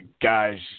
guys